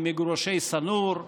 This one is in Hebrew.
ממגורשי שא-נור,